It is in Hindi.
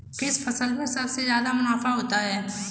किस फसल में सबसे जादा मुनाफा होता है?